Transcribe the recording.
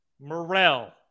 Morrell